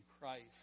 Christ